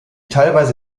teilweise